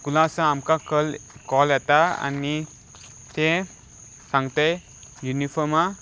स्कुलासा आमकां call call येता आनी तें सांगतात युनिफॉर्मा